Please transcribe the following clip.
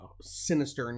sinister